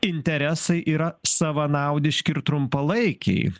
interesai yra savanaudiški ir trumpalaikiai